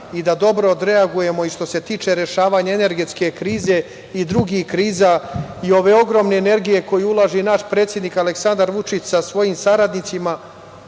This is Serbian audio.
i da dobro odreagujemo i što se tiče rešavanja energetske krize i drugih kriza i ove ogromne energije koju ulaže naš predsednik Aleksandar Vučić sa svojim saradnicima,